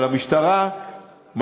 תודה רבה.